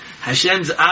Hashem's